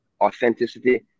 authenticity